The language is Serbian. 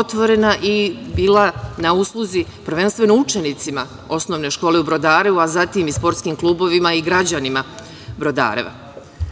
otvorena i bila na usluzi prvenstveno učenicima osnovne škole u Brodarevu, a zatim i sportskim klubovima i građanima Brodareva? Što